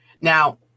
Now